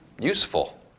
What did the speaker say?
useful